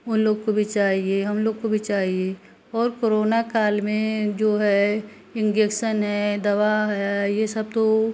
उन लोग को भी चाहिए हम लोग को भी चाहिए और करोना काल में जो है इंगेगसन है दवा है ये सब तो